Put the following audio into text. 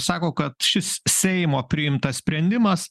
sako kad šis seimo priimtas sprendimas